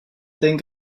think